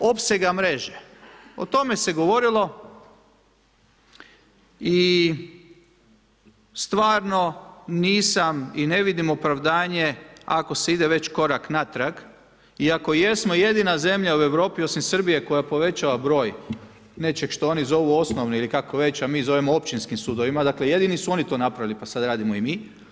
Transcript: Što se tiče opsega mreže o tome se govorilo i stvarno nisam i ne vidim opravdanje ako se ide već korak natrag i ako jesmo jedina zemlja u Europi osim Srbije koja povećava broj, nešto što oni zovu osnovni ili kako već, a mi zovemo općinskim sudovima, dakle, jedini su oni to napravili, pa sada radimo i mi.